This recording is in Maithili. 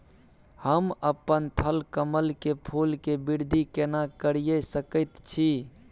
हम अपन थलकमल के फूल के वृद्धि केना करिये सकेत छी?